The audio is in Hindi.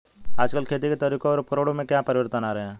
आजकल खेती के तरीकों और उपकरणों में क्या परिवर्तन आ रहें हैं?